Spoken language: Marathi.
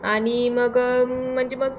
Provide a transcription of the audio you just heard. आणि मग म्हणजे मग